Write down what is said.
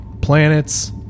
planets